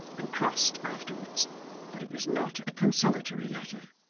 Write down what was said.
and crossed afterwards but it was not a consolatory letter,